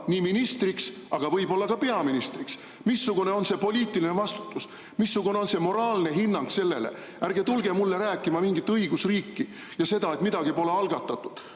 ministriks, aga võib-olla ka peaministriks? Missugune on see poliitiline vastutus? Missugune on moraalne hinnang sellele? Ärge tulge mulle rääkima mingist õigusriigist ega sellest, et midagi pole algatatud.